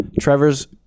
trevor's